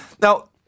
Now